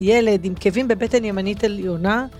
ילד עם כאבים בבטן הימנית העליונה